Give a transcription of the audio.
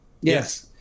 Yes